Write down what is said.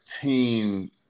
team